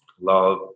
love